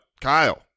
Kyle